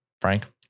Frank